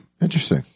Interesting